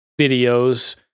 videos